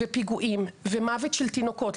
פיגועים ומוות של תינוקות,